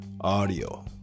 audio